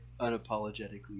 unapologetically